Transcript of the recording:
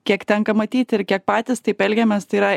kiek tenka matyti ir kiek patys taip elgiamės tai yra